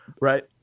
right